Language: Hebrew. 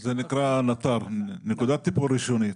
--- זה נקרא נט"ר, נקודת טיפול ראשונית.